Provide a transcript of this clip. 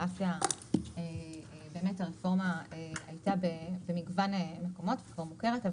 על אף שהרפורמה הייתה במגוון מקומות והיא כבר מוכרת.